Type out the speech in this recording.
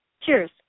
Cheers